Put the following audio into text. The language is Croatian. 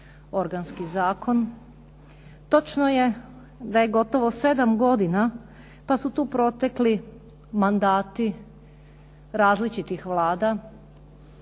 organski zakon. Točno je da je gotovo sedam godina, pa su tu protekli mandati različitih vlada,